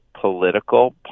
political